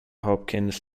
hopkins